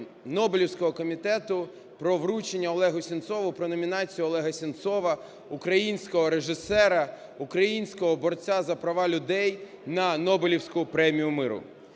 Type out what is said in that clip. Нобелівського комітету про вручення Олегу Сенцову… про номінацію Олега Сенцова, українського режисера, українського борця за права людей, на Нобелівську премію миру.